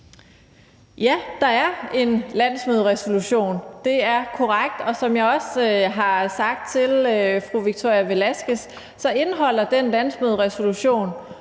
Ja, der er en landsmøderesolution, det er korrekt. Som jeg også har sagt til fru Victoria Velasquez, indeholder den landsmøderesolution